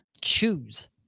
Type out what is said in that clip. Choose